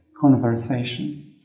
conversation